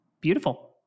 Beautiful